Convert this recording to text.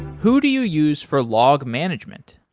who do you use for log management?